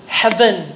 heaven